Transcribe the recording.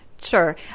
Sure